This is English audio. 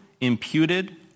imputed